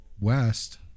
West